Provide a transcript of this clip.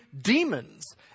demons